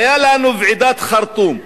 היתה לנו ועידת חרטום,